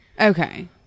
Okay